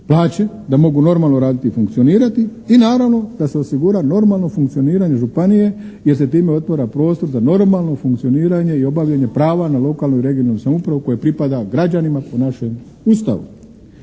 da mogu normalno raditi i funkcionirati i naravno da se osigura normalno funkcioniranje županije jer se time otvara prostor za normalno funkcioniranje i obavljanje prava na lokalnu i regionalnu samoupravu koje pripada građanima po našem Ustavu.